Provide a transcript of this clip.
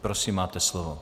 Prosím, máte slovo.